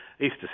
Easter